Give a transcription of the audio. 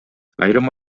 айрым